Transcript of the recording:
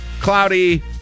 cloudy